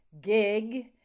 gig